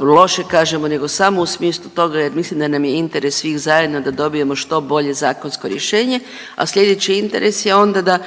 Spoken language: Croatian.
loše kažemo, nego samo u smislu toga jer mislim da nam je interes svih zajedno da dobijemo što bolje zakonsko rješenje, a sljedeći interes je onda da